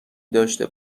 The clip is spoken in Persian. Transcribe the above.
داشته